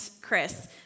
Chris